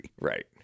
Right